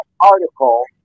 article